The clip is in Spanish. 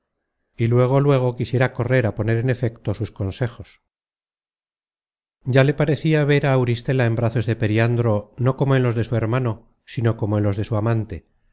y luego luego quisiera correr a poner en efecto sus consejos ya le parecia ver á auristela en brazos de periandro no como en los de su hermano sino como en los de su amante